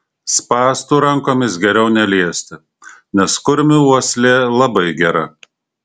spąstų rankomis geriau neliesti nes kurmių uoslė labai gera